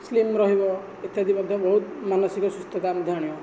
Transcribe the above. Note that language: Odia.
ସ୍ଲିମ୍ ରହିବ ଇତ୍ୟାଦି ମଧ୍ୟ ବହୁତ ମାନସିକ ସୁସ୍ଥତା ମଧ୍ୟ ଆଣିବ